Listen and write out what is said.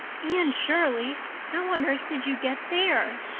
anne shirley! how on earth did you get there?